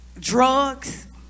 drugs